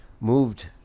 moved